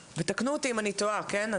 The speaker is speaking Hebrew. תקנו אותי אם אני טועה, כן?